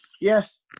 yes